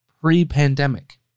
pre-pandemic